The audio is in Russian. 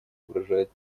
угрожает